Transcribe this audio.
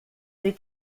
des